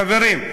חברים,